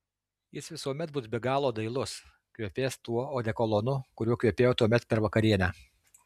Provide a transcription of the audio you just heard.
jis visuomet bus be galo dailus kvepės tuo odekolonu kuriuo kvepėjo tuomet per vakarienę